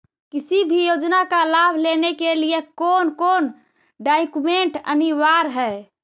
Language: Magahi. किसी भी योजना का लाभ लेने के लिए कोन कोन डॉक्यूमेंट अनिवार्य है?